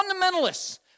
Fundamentalists